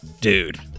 dude